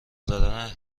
زدن